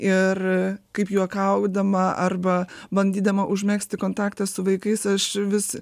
ir kaip juokaudama arba bandydama užmegzti kontaktą su vaikais aš vis